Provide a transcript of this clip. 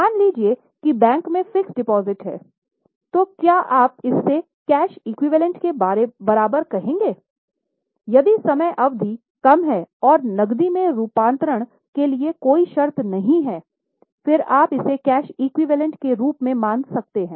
मान लीजिए कि बैंक में फिक्स्ड डिपॉजिट है तो क्या आप इससे कैश एक्विवैलेन्ट के रूप में मान सकते हैं